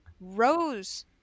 Rose